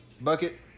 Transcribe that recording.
bucket